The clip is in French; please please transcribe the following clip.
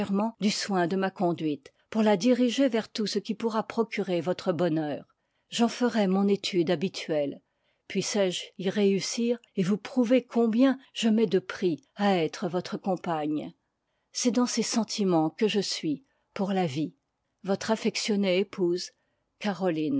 du soin de ma i conduite pour la diriger vers tout ce qui pourra procurer votre bonheur j'en ferai mon étude habituelle puissé-je y réussir et vous prouver combien je mets de prix à être votre compagne c'est dans ces sentimens que je suis pour la vie votre affectionnée épouse caroline